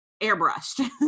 airbrushed